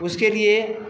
उसके लिए